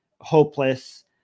hopeless